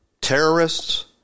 terrorists